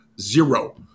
Zero